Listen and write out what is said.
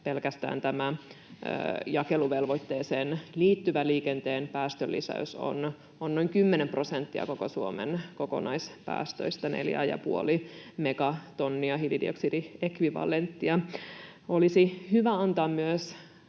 Pelkästään tämä jakeluvelvoitteeseen liittyvä liikenteen päästölisäys on noin kymmenen prosenttia koko Suomen kokonaispäästöistä, neljä ja puoli megatonnia hiilidioksidiekvivalenttia. Olisi hyvä antaa myös